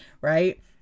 right